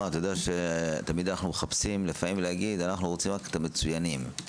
תמיד אנחנו רוצים להגיד שאנחנו רוצים את המצוינים.